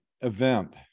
event